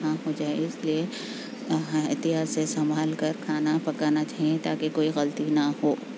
نا ہو جائے اس لیے احتیاط سے سنبھال کر کھانا پکانا چاہیے تاکہ کوئی غلطی نہ ہو